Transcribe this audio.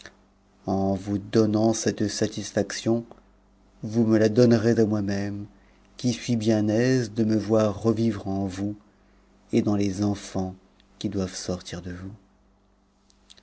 en vous donnant cette satisfaction vous me la donnerez a moi-même qui suis bien aise de me voir revivre en vous et dans les enfants qui doivent sortir de vous